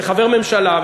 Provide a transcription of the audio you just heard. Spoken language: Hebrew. וחבר ממשלה,